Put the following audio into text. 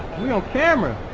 we're on camera!